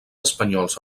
espanyols